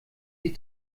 die